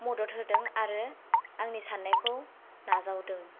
मदद होदों आरो आंनि साननायखौ नाजावदों